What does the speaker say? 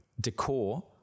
decor